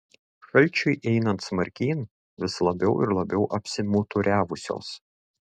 šalčiui einant smarkyn vis labiau ir labiau apsimuturiavusios